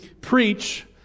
preach